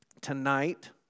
Tonight